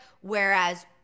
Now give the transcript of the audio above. whereas